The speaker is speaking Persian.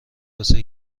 واسه